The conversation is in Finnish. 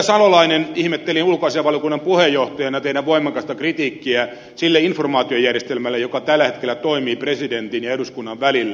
salolainen ihmettelin teidän voimakasta kritiikkiänne ulkoasiainvaliokunnan puheenjohtajana sitä informaatiojärjestelmää kohtaan joka tällä hetkellä toimii presidentin ja eduskunnan välillä